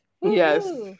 yes